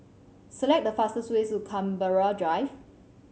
select the fastest way to Canberra Drive